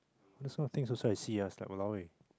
these kind of things also I see ah it's like !walao! ah